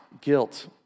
guilt